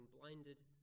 blinded